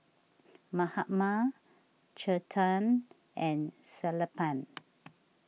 Mahatma Chetan and Sellapan